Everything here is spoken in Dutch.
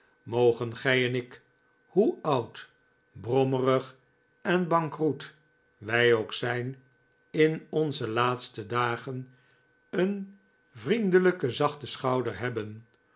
mogen gij en ik hoe oud brommerig en bankroet wij ook zijn in onze laatste dagen een vriendelijken zachten schouder hebben